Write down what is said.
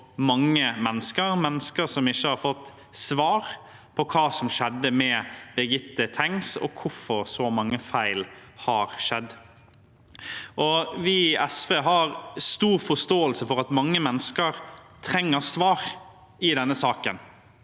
mennesker som ikke har fått svar på hva som skjedde med Birgitte Tengs, og hvorfor så mange feil har skjedd. Vi i SV har stor forståelse for at mange mennesker trenger svar i denne saken.